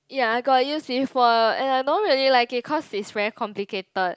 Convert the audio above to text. ya I got use before and I don't really like it cause it's very complicated